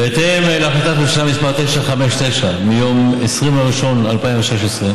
ויושב-ראש הוועדה חבר הכנסת אלי אלאלוף עד להבאתה לנקודת הסיום,